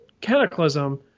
Cataclysm